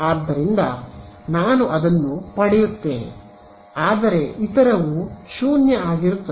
ಆದ್ದರಿಂದ ನಾನು ಅದನ್ನು ಪಡೆಯುತ್ತೇನೆ ಆದರೆ ಇತರವು 0 ಆಗಿರುತ್ತದೆ